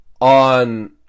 on